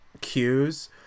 cues